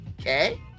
Okay